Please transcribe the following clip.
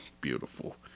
beautiful